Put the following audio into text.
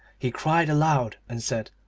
he cried aloud and said,